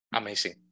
Amazing